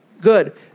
Good